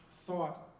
thought